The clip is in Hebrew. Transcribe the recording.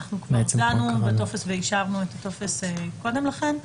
כבר הקראנו את הטופס ואישרנו אותו קודם לכן.